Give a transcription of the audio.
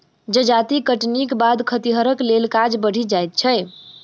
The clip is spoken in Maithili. जजाति कटनीक बाद खतिहरक लेल काज बढ़ि जाइत छै